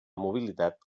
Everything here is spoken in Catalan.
mobilitat